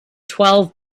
twelve